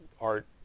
art